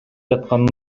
жатканын